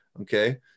Okay